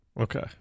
okay